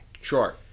Sure